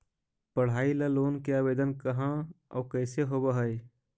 पढाई ल लोन के आवेदन कहा औ कैसे होब है?